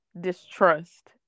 distrust